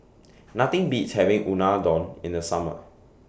Nothing Beats having Unadon in The Summer